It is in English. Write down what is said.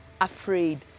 afraid